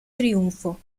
triunfo